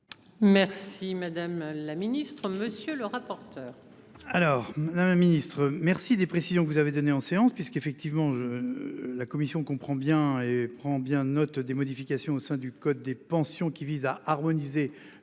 Merci madame la ministre, monsieur le rapporteur.